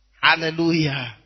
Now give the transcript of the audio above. Hallelujah